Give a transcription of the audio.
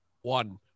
One